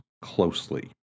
closely